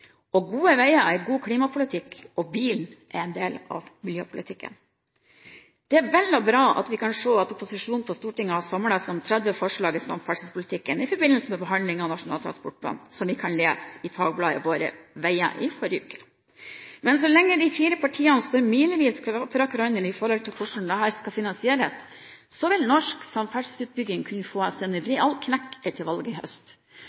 utbyggingsformål. Gode veier er god klimapolitikk, og bilen er en del av miljøpolitikken. Det er vel og bra at vi kan se at opposisjonen på Stortinget kan samles om 30 forslag i samferdselspolitikken i forbindelse med behandlingen av Nasjonal transportplan, som vi kunne lese i fagbladet Våre veger i forrige uke. Men så lenge de fire partiene står milevis fra hverandre når det gjelder hvordan dette skal finansieres, vil norsk samferdselsutbygging kunne få seg en real knekk etter valget i høst,